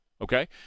okay